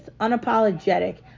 unapologetic